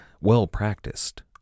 well-practiced